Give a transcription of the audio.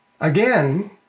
again